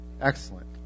Excellent